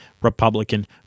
Republican